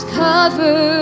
cover